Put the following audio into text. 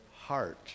heart